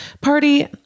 party